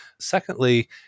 Secondly